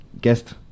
guest